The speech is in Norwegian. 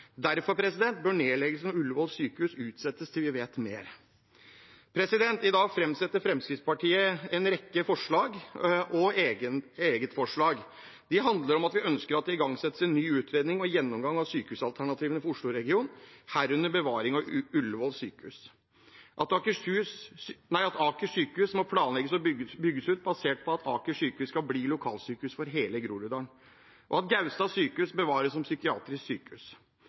bør nedleggelsen av Ullevål sykehus utsettes til vi vet mer. I dag framsetter Fremskrittspartiet en rekke forslag – og eget forslag. De handler om at vi ønsker at det igangsettes en ny utredning og en gjennomgang av sykehusalternativene for Oslo-regionen, herunder bevaring av Ullevål sykehus, at Aker sykehus må planlegges og bygges ut basert på at Aker sykehus skal bli lokalsykehus for hele Groruddalen, og at Gaustad sykehus bevares som psykiatrisk sykehus.